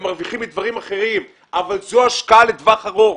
הם מרוויחים מדברים אחרים אבל זו השקעה לטווח ארוך.